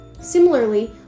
Similarly